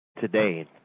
today